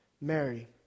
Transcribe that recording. Mary